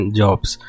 jobs